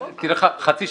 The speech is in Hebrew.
בסדר.